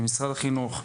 עם משרד החינוך,